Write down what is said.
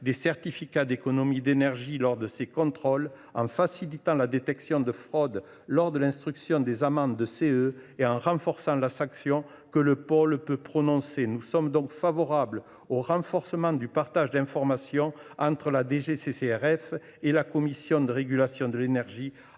des certificats d’économies d’énergie lors de ses contrôles, facilite la détection de fraudes lors de l’instruction des demandes de C2E et renforce la sanction que le Pôle peut prononcer. Nous sommes favorables au renforcement du partage d’informations entre la DGCCRF et la Commission de régulation de l’énergie